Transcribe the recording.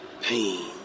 Pain